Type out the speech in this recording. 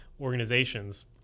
organizations